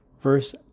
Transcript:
verse